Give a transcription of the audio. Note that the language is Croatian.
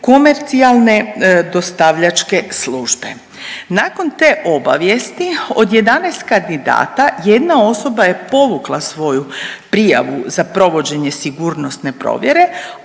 komercijalne dostavljačke službe. Nakon te obavijesti od 11 kandidata jedna osoba je povukla svoju prijavu za provođenje sigurnosne provjere,